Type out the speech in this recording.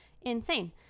Insane